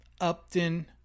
Upton